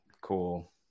cool